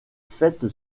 faite